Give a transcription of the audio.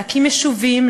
להקים יישובים,